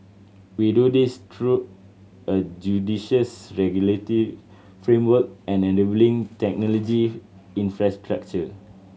we do this through a judicious regulatory framework and enabling technology infrastructure